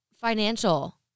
financial